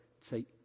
Say